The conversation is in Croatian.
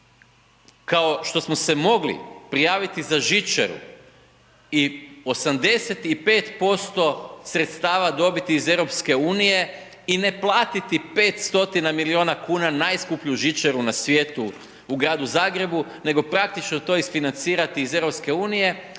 kao što smo se mogli prijaviti za žičaru i 85% sredstava dobiti iz EU i ne platiti 5 stotina milijuna kunu najskuplju žičaru na svijetu u gradu Zagrebu nego praktično to isfinancirati iz EU,